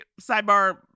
sidebar